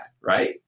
Right